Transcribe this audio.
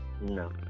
No